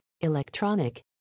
electronic